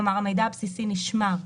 כלומר המידע הבסיסי נשמר.